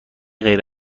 غیر